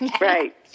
right